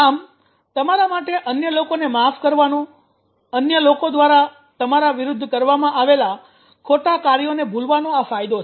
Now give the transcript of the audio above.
આમ તમારા માટે અન્ય લોકોને માફ કરવાનો અન્ય લોકો દ્વારા તમારા વિરુદ્ધ કરવામાં આવેલા ખોટા કાર્યોને ભૂલવાનો આ ફાયદો છે